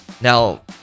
Now